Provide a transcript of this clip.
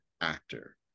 actor